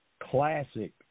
classic